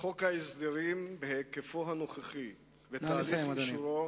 חוק הסדרים בהיקפו הנוכחי ותהליך אישורו